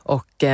Och